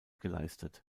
geleistet